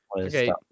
Okay